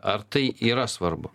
ar tai yra svarbu